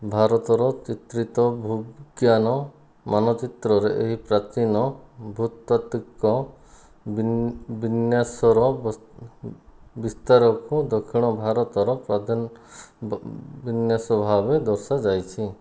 ଭାରତର ଚିତ୍ରିତ ଭୁଜ୍ଞାନ ମାନଚିତ୍ର ରେ ଏହି ପ୍ରାଚୀନ ଭୂତାତ୍ଵିକ ବିନ୍ୟାସର ବିସ୍ତାରକୁ ଦକ୍ଷିଣ ଭାରତର ପ୍ରାଧାନ ବିନ୍ୟାସ ଭାବେ ଦର୍ଶାଯାଇଛି